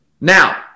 Now